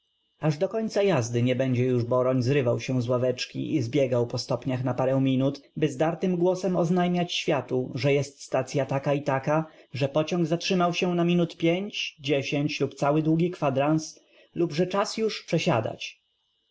aż do końca jazdy nie będzie już b orcń zryw ał się z ław eczki i zbiegał po stopniach na p arę m inut by zdartym głosem oznajm iać św iatu że jest stacya ta k a a tak a że pociąg zatrzym ał się na m inut piąć dziesięć lub cały długi kw andrans lub że czas już przesia dać